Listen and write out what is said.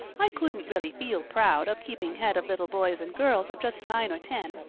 i couldn't really feel proud of keeping head of little boys and girls of just nine or ten.